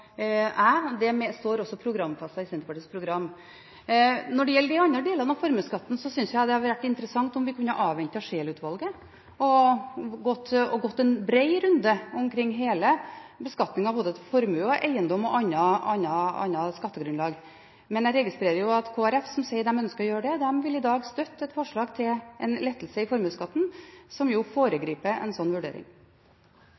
jeg, det står også programfestet i Senterpartiets program. Når det gjelder de andre delene av formuesskatten, synes jeg det hadde vært interessant om vi kunne avvente Scheel-utvalget og gått en bred runde om hele beskatningen av både formue, eiendom og annet skattegrunnlag. Men jeg registrerer at Kristelig Folkeparti, som sier de ønsker å gjøre det, i dag vil støtte et forslag til en lettelse i formuesskatten som